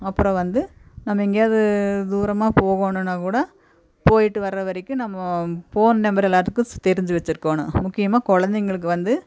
அப்புறோம் வந்து நம்ம எங்கேயாவுது தூரமாக போகணுன்னா கூட போயிவிட்டு வர வரைக்கும் நம்ம போன் நம்பர் எல்லாத்துக்கும் ஸ் தெரிஞ்சு வச்சுருக்கோணும் முக்கியமாக குழந்தைகளுக்கு வந்து